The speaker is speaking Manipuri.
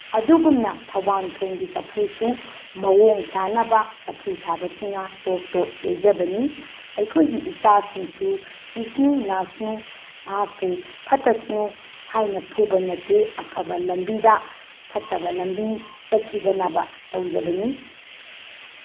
ꯑꯗꯨꯒꯨꯝꯅ ꯊꯧꯕꯥꯟꯊꯣꯡꯒꯤ ꯆꯐꯨꯁꯨ ꯃꯑꯣꯡ ꯇꯥꯅꯕ ꯆꯐꯨ ꯁꯥꯕꯁꯤꯡꯅ ꯇꯣꯛ ꯇꯣꯛ ꯌꯩꯖꯕꯅꯤ ꯑꯩꯈꯣꯏꯒꯤ ꯏꯆꯥꯁꯤꯡꯁꯨ ꯁꯤꯁꯅꯨ ꯅꯥꯁꯅꯨ ꯃꯍꯥꯛꯄꯨ ꯐꯠꯇꯁꯅꯨ ꯍꯥꯏꯅ ꯐꯨꯕ ꯅꯠꯇꯦ ꯑꯐꯕ ꯂꯝꯕꯤꯗ ꯐꯠꯇꯕ ꯂꯝꯕꯤ ꯆꯠꯈꯤꯗꯅꯕ ꯇꯧꯖꯕꯅꯤ